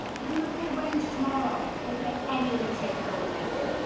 give em the full range tomorrow. they'd get any undertaker going, they would.